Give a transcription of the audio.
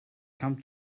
come